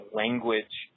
language